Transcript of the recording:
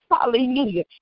Hallelujah